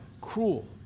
cruel